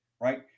right